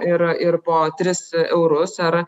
ir ir po tris eurus ar